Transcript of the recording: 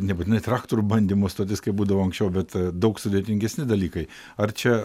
nebūtinai traktorių bandymų stotis kaip būdavo anksčiau bet daug sudėtingesni dalykai ar čia